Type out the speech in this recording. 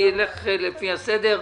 אני אלך לפי הסדר: